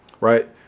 right